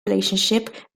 relationship